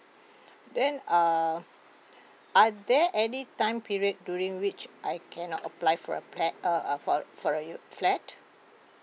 then uh are there any time period during which I can apply for a uh uh for for a u~ flat